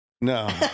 No